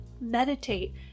meditate